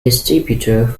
distributor